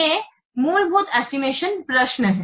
ये मूलभूत एस्टिमेशन प्रश्न हैं